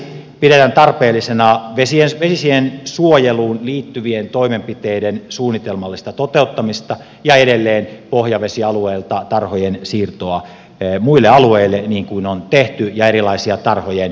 lisäksi pidetään tarpeellisena vesiensuojeluun liittyvien toimenpiteiden suunnitelmallista toteuttamista ja edelleen tarhojen siirtoa pohjavesialueilta muille alueille niin kuin on tehty ja erilaisia tarhojen pohjaratkaisuja